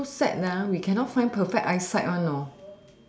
so sad we cannot find perfect eyesight one you know